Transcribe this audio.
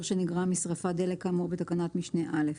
שנגרם משריפת דלק כאמור בתקנת משנה (א).